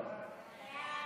סעיפים 1